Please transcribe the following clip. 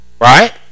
right